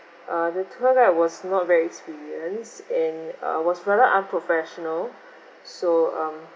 uh the tour guide was not very experience and uh was rather unprofessional so um